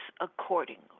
accordingly